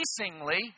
increasingly